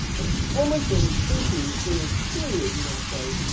and emerson's thinking in this period, you might say,